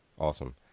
Awesome